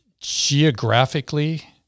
geographically